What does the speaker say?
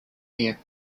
mayor